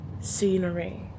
scenery